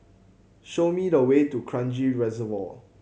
show me the way to Kranji Reservoir